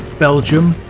belgium,